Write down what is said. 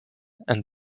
and